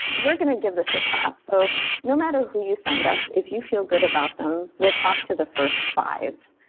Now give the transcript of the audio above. we're going to give this a shot. so no matter who you send us, if you feel good about them, we'll talk to the first five.